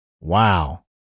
wow